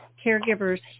caregiver's